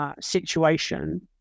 situation